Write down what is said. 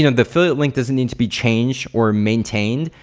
you know the affiliate link doesn't need to be changed or maintained.